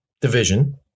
division